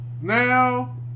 now